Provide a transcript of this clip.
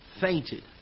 Fainted